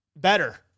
Better